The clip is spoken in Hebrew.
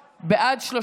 אגרות והוצאות (תיקון,